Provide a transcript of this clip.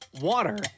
water